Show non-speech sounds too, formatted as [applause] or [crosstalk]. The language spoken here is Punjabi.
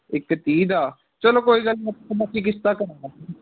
ਇੱਕ ਤੀਹ ਦਾ ਚਲੋ ਕੋਈ ਗੱਲ ਨਹੀਂ [unintelligible] ਬਾਕੀ ਕਿਸ਼ਤਾਂ ਕਰਾ ਲਵਾਂਗੇ